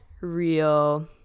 real